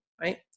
Right